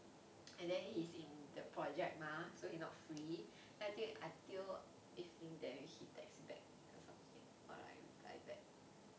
and then he's in the project mah so he not free then I think until evening then he text back or something or I reply back